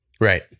Right